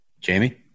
Jamie